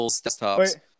desktops